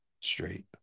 straight